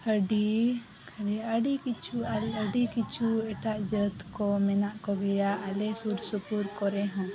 ᱦᱟᱹᱰᱤ ᱟᱹᱰᱤ ᱠᱤᱪᱷᱩ ᱟᱞᱮ ᱟᱹᱰᱤ ᱠᱤᱪᱷᱩ ᱮᱴᱟᱜ ᱡᱟᱹᱛ ᱠᱚ ᱢᱮᱱᱟᱜ ᱠᱚᱜᱮᱭᱟ ᱟᱞᱮ ᱥᱩᱨ ᱥᱩᱯᱩᱨ ᱠᱚᱨᱮ ᱦᱚᱸ